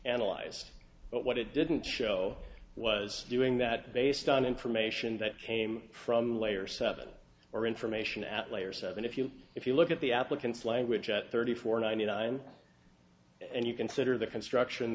analyzed but what it didn't show was doing that based on information that came from layer seven or information at layer seven if you if you look at the applicants language at thirty four ninety nine and you consider the construction